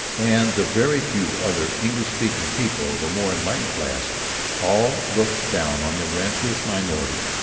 and the very few other english-speaking people of a more enlightened class all looked down on the rancorous minority.